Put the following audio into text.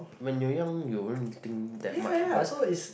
when you're young you won't think that much about